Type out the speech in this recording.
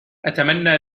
أتمنى